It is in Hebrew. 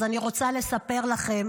אני רוצה לספר לכם,